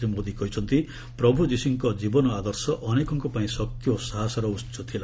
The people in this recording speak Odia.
ଶ୍ରୀ ମୋଦି କହିଛନ୍ତି ପ୍ରଭୁ ଯୀଶୁଙ୍କ ଜୀବନ ଆଦର୍ଶ ଅନେକଙ୍କ ପାଇଁ ଶକ୍ତି ଓ ସାହସର ଉସ ଥିଲା